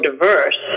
diverse